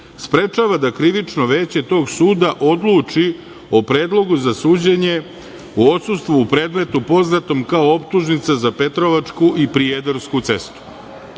sprečava da Krivično veće tog suda odluči o predlogu za suđenje u odsustvu u predmetu poznatom kao optužnica za Petrovačku i Prijedorsku cestu.U